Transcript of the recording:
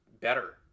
better